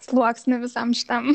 sluoksnį visam šitam